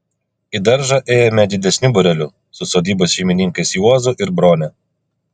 į daržą ėjome didesniu būreliu su sodybos šeimininkais juozu ir brone